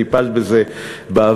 טיפלת בזה בעבר.